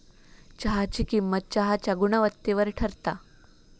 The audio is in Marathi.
चहाची किंमत चहाच्या गुणवत्तेवर ठरता